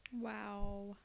Wow